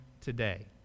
today